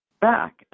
back